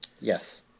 Yes